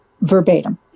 Verbatim